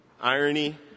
irony